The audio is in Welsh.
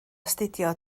astudio